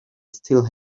still